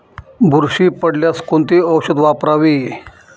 बुरशी पडल्यास कोणते औषध वापरावे?